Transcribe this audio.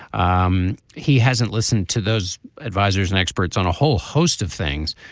um he hasn't listened to those advisers and experts on a whole host of things.